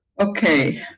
okay,